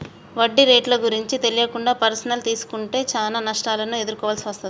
వడ్డీ రేట్లు గురించి తెలియకుండా పర్సనల్ తీసుకుంటే చానా నష్టాలను ఎదుర్కోవాల్సి వస్తది